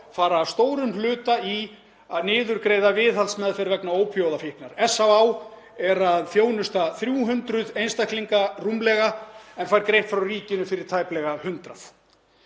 fara að stórum hluta í að niðurgreiða viðhaldsmeðferð vegna ópíóíðafíknar. SÁÁ er að þjónusta rúmlega 300 einstaklinga en fær greitt frá ríkinu fyrir tæplega 100.